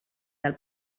del